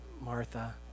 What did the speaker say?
Martha